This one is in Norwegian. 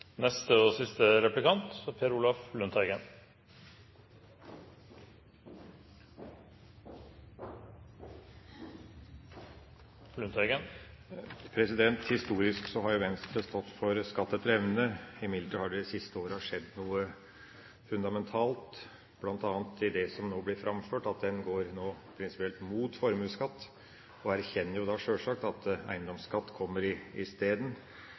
Historisk har Venstre stått for skatt etter evne. Imidlertid har det de siste åra skjedd noe fundamentalt, bl.a. det som nå blir framført, at en nå prinsipielt går imot formuesskatt. En erkjenner jo da sjølsagt at eiendomsskatt kommer i